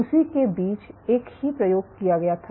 उसी के बीच एक ही प्रयोग किया गया था